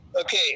Okay